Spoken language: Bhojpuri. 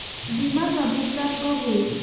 बीमा का भुगतान कब होइ?